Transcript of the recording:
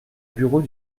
bureau